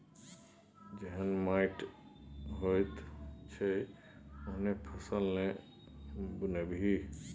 जेहन माटि होइत छै ओहने फसल ना बुनबिही